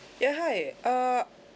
ya hi uh